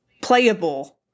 playable